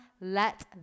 Let